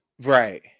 Right